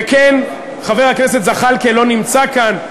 כן, חבר הכנסת זחאלקה לא נמצא כאן.